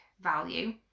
value